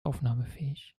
aufnahmefähig